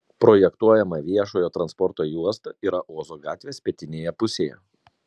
projektuojama viešojo transporto juosta yra ozo gatvės pietinėje pusėje